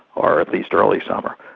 or at least early summer,